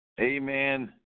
amen